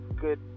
good